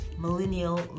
millennial